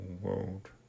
world